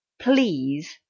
Please